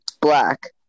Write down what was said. black